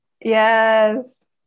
yes